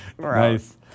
Nice